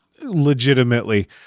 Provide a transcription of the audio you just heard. legitimately